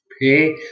pay